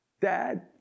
Dad